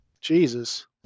Jesus